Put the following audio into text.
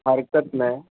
हरकत नाही